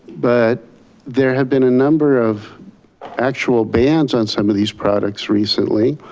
but there have been a number of actual bans on some of these products recently.